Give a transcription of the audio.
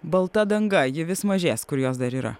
balta danga ji vis mažės kur jos dar yra